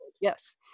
Yes